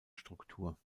struktur